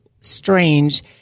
strange